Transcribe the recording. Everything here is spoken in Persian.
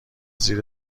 زیر